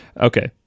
okay